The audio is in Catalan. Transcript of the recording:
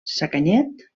sacanyet